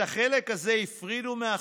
את החלק הזה הפרידו מהחוק.